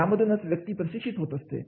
यामधूनच व्यक्ती प्रशिक्षित होत असते